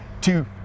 two